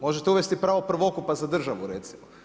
Možete uvesti pravo prvokupa za državu recimo.